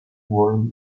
world